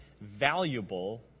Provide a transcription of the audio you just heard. valuable